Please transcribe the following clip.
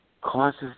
causes